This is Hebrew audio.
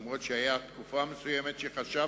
אף-על-פי שהיתה תקופה מסוימת שחשבתי,